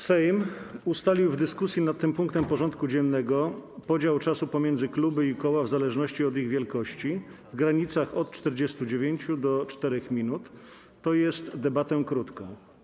Sejm ustalił w dyskusji nad tym punktem porządku dziennego podział czasu pomiędzy kluby i koła, w zależności od ich wielkości, w granicach od 49 do 4 minut, tj. debatę krótką.